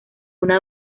una